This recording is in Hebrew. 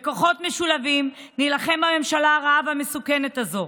בכוחות משולבים נילחם בממשלה הרעה והמסוכנת הזאת.